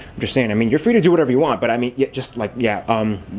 just saying, i mean you're free to do whatever you want but i mean, yeah, just like yeah, um,